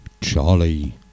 Charlie